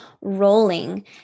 rolling